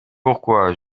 pourquoi